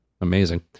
amazing